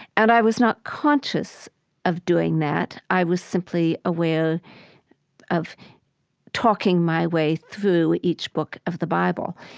and i was not conscious of doing that i was simply aware of talking my way through each book of the bible.